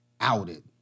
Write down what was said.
outed